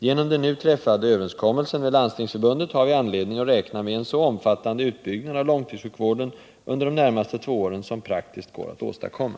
Genom den nu träffade överenskommelsen med Landstingsförbundet har vi anledning att räkna med en så omfattande utbyggnad av långtidssjukvården under de närmaste två åren som praktiskt går att åstadkomma.